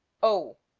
o